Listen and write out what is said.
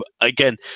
Again